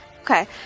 Okay